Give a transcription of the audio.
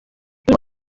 ngo